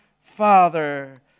Father